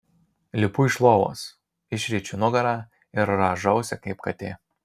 lipu iš lovos išriečiu nugarą ir rąžausi kaip katė